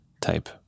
type